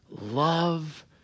Love